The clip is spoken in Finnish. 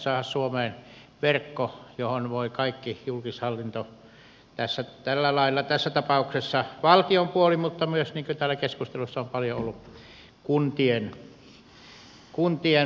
saada suomeen verkko johon voi kuulua kaikki julkishallinto tässä tapauksessa valtion puoli mutta myös niin kuin täällä keskustelussa on paljon ollut esillä kuntien palvelut